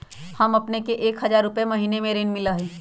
हां अपने के एक हजार रु महीने में ऋण मिलहई?